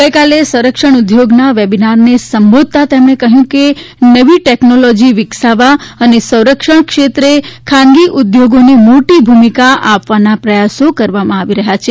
ગઈકાલે સંરક્ષણ ઉદ્યોગનાં વેબીનારને સંબોધતાં તેમણે કહ્યું કે નવા ટેકનોલોજી વિકસાવવા અને સંરક્ષણ ક્ષેત્રે ખાનગી ઉદ્યોગોને મોટી ભૂમિકા આપવાના પ્રયાસો કરવામાં આવી રહ્યા છે